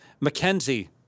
Mackenzie